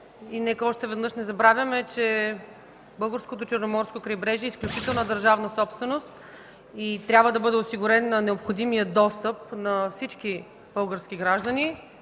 Нека още веднъж не забравяме, че българското Черноморско крайбрежие е изключителна държавна собственост и трябва да бъде осигурен необходимият достъп на всички български граждани